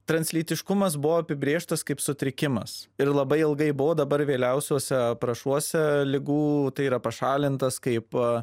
translytiškumas buvo apibrėžtas kaip sutrikimas ir labai ilgai buvo dabar vėliausiose aprašuose ligų tai yra pašalintas kaip